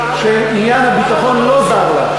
שעניין הביטחון לא זר לה.